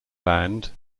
land